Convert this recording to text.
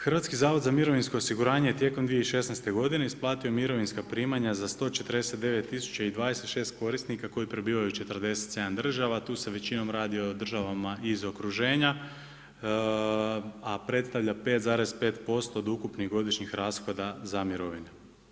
Hrvatski zavod za mirovinsko osiguranje je tijekom 2016. godine isplatio mirovinska primanja za 149 tisuća i 26 korisnika koji prebivaju u 47 država a tu se većinom radi o državama iz okruženja a predstavlja 5,5% od ukupnih godišnjih rashoda za mirovine.